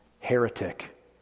heretic